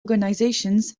organisations